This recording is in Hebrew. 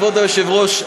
כבוד היושב-ראש,